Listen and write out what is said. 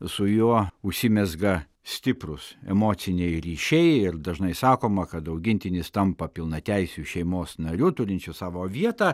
su juo užsimezga stiprūs emociniai ryšiai ir dažnai sakoma kad augintinis tampa pilnateisiu šeimos nariu turinčiu savo vietą